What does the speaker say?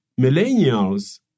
Millennials